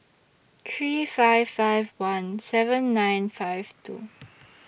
three five five one seven nine five two